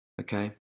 okay